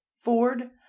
Ford